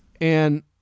And-